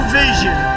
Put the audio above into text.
vision